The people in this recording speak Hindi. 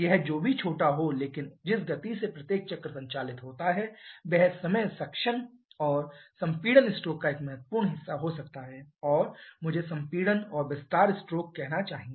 यह जो भी छोटा हो लेकिन जिस गति से प्रत्येक चक्र संचालित होता है वह समय सक्शन और संपीड़न स्ट्रोक का एक महत्वपूर्ण हिस्सा हो सकता है या मुझे संपीड़न और विस्तार स्ट्रोक कहना चाहिए